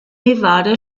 nevada